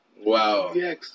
Wow